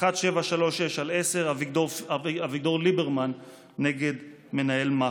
1736/10 אביגדור ליברמן נגד מנהל מח"ש.